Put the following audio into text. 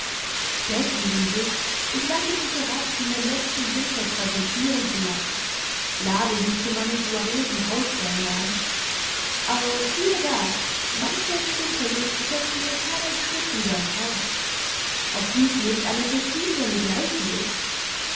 denken sie sich ich lasse mich herab sie mir letzten winter präsentieren zu lassen lade sie zu meinen soirees und hausbällen ein aber siehe da mamsell zimperlich setzte mir keinen schritt wieder ins haus ob dies nicht eine sottise ohnegleichen ist